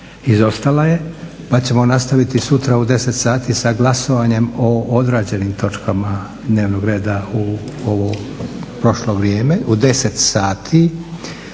izostala je pa ćemo nastaviti sutra u 10 sati sa glasovanjem o odrađenim točkama dnevnog reda u ovo prošlo vrijeme, u 10 sati,